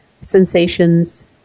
Sensations